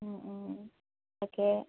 তাকে